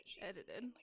Edited